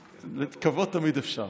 לקוות תמיד אפשר.